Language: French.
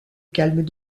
calme